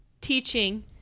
teaching